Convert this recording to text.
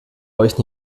euch